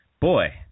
Boy